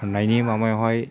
फाननायनि माबायावहाय